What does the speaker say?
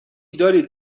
دارید